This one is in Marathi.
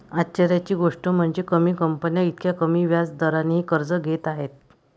आश्चर्याची गोष्ट म्हणजे, कमी कंपन्या इतक्या कमी व्याज दरानेही कर्ज घेत आहेत